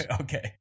Okay